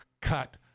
cut